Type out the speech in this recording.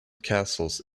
castles